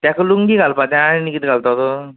ताका लुंगी घालपाक जाय आनी कितें घालतलो